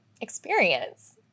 experience